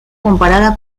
comparada